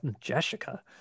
Jessica